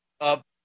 up